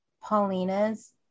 Paulina's